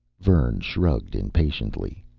vern shrugged impatiently.